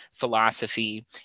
philosophy